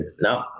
no